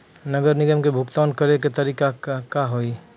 नगर निगम के भुगतान करे के तरीका का हाव हाई?